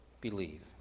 believe